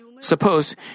Suppose